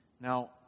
Now